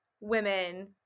women